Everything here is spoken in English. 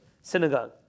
synagogue